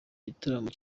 gitaramo